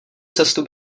cestu